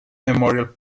memorial